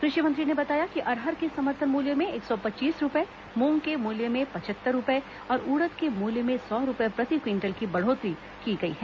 कृषि मंत्री ने बताया कि अरहर के समर्थन मूल्य में एक सौ पच्चीस रुपये मूंग के मूल्य में पचहत्तर रुपये और उड़द के मूल्य में सौ रुपये प्रति क्विंटल की बढ़ोतरी की गई है